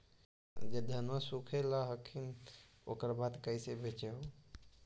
जब धनमा सुख ले हखिन उकर बाद कैसे बेच हो?